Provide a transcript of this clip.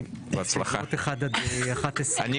הסתייגויות 1 עד 11. בהצלחה.